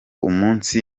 umunsi